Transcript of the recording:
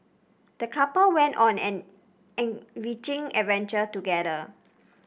the couple went on an enriching adventure together